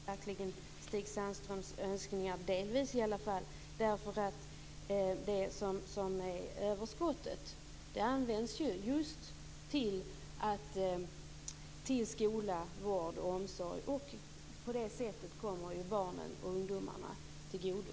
Herr talman! Då uppfyller verkligen den socialdemokratiska regeringen i alla fall delvis Stig Sandströms önskningar. För överskottet används ju just till skola, vård och omsorg. På det sättet kommer det barnen och ungdomarna till godo.